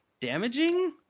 damaging